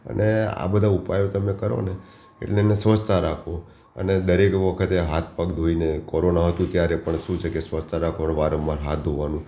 અને આ બધા ઉપાયો તમે કરોને એટલે એને સ્વચ્છતા રાખો અને દરેક વખતે હાથ પગ ધોઈને કોરોના હતું ત્યારે પણ શું છે કે સ્વચ્છતા રાખો વારંવાર હાથ ધોવાનું